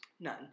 None